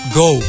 go